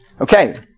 Okay